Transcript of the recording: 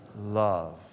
love